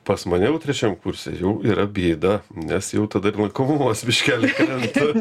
pas mane jau trečiam kurse jau yra bėda nes jau tada lankomumas biškelį krenta